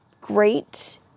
great